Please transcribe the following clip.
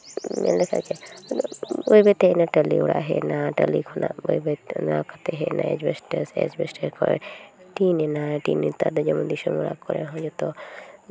ᱢᱟᱱᱮ ᱠᱷᱟᱡ ᱜᱮ ᱤᱱᱟᱹ ᱵᱟᱭ ᱵᱟᱹᱭ ᱛᱮ ᱦᱮᱡ ᱱᱟ ᱴᱟᱹᱞᱤ ᱚᱲᱟᱜ ᱦᱮᱡ ᱱᱟ ᱴᱟᱹᱞᱤ ᱠᱷᱚᱱᱟᱜ ᱵᱟᱹᱭ ᱵᱟᱹᱭ ᱛᱮ ᱚᱱᱟ ᱠᱟᱛᱮ ᱦᱮᱡ ᱱᱟ ᱮᱰᱵᱮᱥᱴᱟᱨ ᱮᱰᱵᱮᱥᱴᱟᱨ ᱠᱷᱚᱡ ᱴᱤᱱ ᱮᱱᱟ ᱱᱮᱛᱟᱨ ᱫᱚ ᱡᱮᱢᱚᱱ ᱫᱤᱥᱚᱢ ᱚᱲᱟᱜ ᱠᱚᱨᱮᱜ ᱦᱚᱸ ᱡᱚᱛᱚ